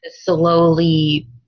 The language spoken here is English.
slowly